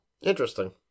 Interesting